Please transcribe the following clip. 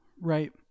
right